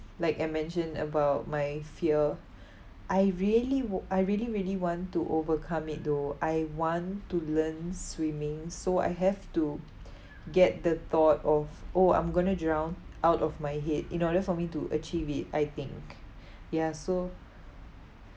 like I mentioned about my fear I really wou~ I really really want to overcome it though I want to learn swimming so I have to get the thought of oh I'm going to drown out of my head in order for me to achieve it I think ya so